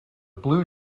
blue